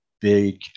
big